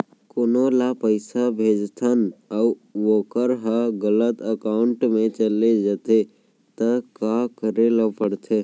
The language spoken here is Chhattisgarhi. कोनो ला पइसा भेजथन अऊ वोकर ह गलत एकाउंट में चले जथे त का करे ला पड़थे?